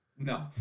No